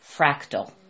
Fractal